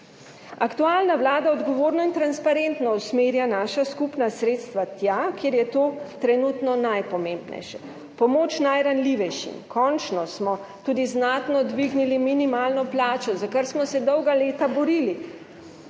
Aktualna vlada odgovorno in transparentno usmerja naša skupna sredstva tja, kjer je to trenutno najpomembnejše. Pomoč najranljivejšim – končno smo tudi znatno dvignili minimalno plačo, za kar smo se dolga leta borili.